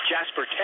Jasper